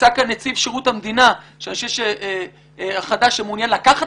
נמצא כאן נציב שירות המדינה שמעוניין לקחת